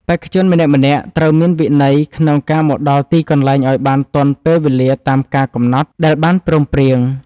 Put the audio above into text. បេក្ខជនម្នាក់ៗត្រូវមានវិន័យក្នុងការមកដល់ទីកន្លែងឱ្យបានទាន់ពេលវេលាតាមការកំណត់ដែលបានព្រមព្រៀង។